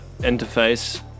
interface